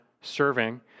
serving